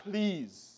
Please